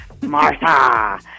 Martha